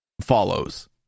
follows